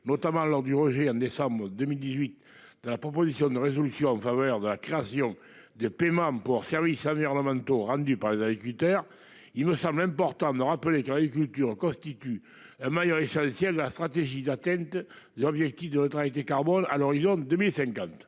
notamment lors du rejet en décembre 2018 de la proposition de résolution en faveur de la création des paiements pour services environnementaux rendus par les agriculteurs. Il me semble important de rappeler qu'agriculture constitue un maillot l'essentiel de la stratégie d'atteinte. L'objectif de neutralité carbone à l'horizon 2050.